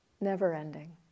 never-ending